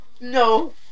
No